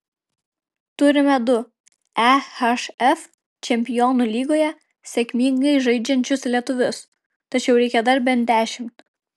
turime du ehf čempionų lygoje sėkmingai žaidžiančius lietuvius tačiau reikia dar bent dešimt